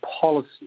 policy